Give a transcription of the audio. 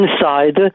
inside